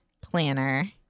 planner